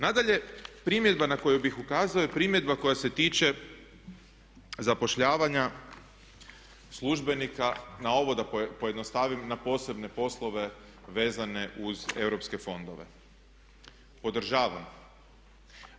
Nadalje, primjedba na koju bih ukazao je primjedba koja se tiče zapošljavanja službenika na ovo da pojednostavim, na posebne poslove vezane uz EU fondove, podržavam.